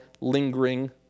lingering